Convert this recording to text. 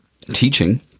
teaching